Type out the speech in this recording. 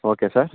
okay sir